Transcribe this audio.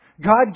God